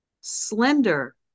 slender